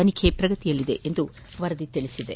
ತನಿಖೆ ಪ್ರಗತಿಯಲ್ಲಿದೆ ಎಂದು ವರದಿಯಾಗಿದೆ